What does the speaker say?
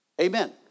Amen